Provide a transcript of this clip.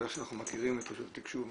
אבל איך שאנחנו מכירים את רשות התקשוב,